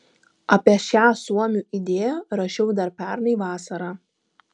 apie šią suomių idėją rašiau dar pernai vasarą